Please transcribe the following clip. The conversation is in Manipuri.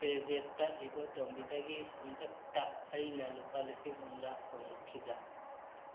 ꯄꯦ ꯖꯦꯞꯇ ꯏꯕꯣꯇꯣꯝꯕꯤꯗꯒꯤ ꯍꯟꯗꯛꯇ ꯑꯩꯅ ꯂꯨꯄꯥ ꯂꯤꯁꯤꯡ ꯍꯨꯝꯗ꯭ꯔꯥ ꯐꯪꯈꯤꯕ꯭ꯔꯥ